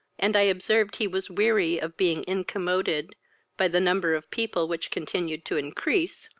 and i observed he was weary of being incommoded by the number of people which continued to increase,